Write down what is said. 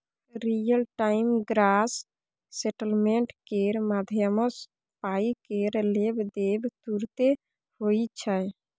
real time gross settlement केर माध्यमसँ पाइ केर लेब देब तुरते होइ छै